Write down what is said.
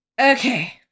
Okay